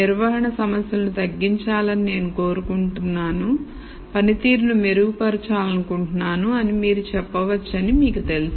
నిర్వహణ సమస్యలను తగ్గించాలని నేను కోరుకుంటున్నాను పనితీరును మెరుగుపరచాలనుకుంటున్నాను అని మీరు చెప్పవచ్చని మీకు తెలుసు